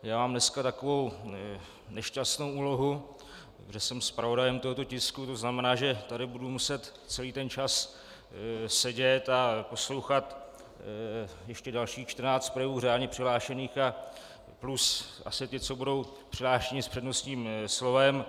Já mám dneska takovou nešťastnou úlohu, že jsem zpravodajem tohoto tisku, to znamená, že tady budu muset celý ten čas sedět a poslouchat ještě dalších 14 kolegů řádně přihlášených a plus asi ti, co budou přihlášeni s přednostním slovem.